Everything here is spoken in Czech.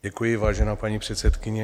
Děkuji, vážená paní předsedkyně.